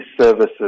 services